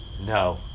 no